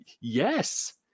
Yes